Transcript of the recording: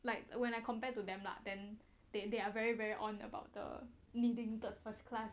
like when I compared to them lah then they they are very very on about the needing the first class